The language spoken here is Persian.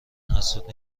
حسود